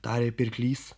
tarė pirklys